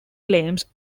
claims